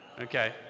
Okay